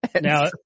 Now